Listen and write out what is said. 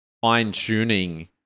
fine-tuning